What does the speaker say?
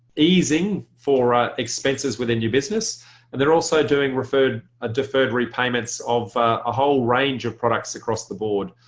easing for expenses within your business and they're also doing deferred ah deferred repayments of a whole range of products across the board.